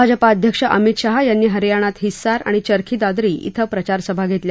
भाजपा अध्यक्ष अमित शहा यांनी हरियाणात हिस्सार आणि चरखी दादरी इथं प्रचार सभा घेतली